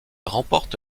remporte